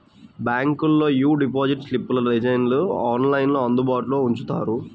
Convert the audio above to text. బ్యాంకులోళ్ళు యీ డిపాజిట్ స్లిప్పుల డిజైన్లను ఆన్లైన్లో అందుబాటులో ఉంచుతారు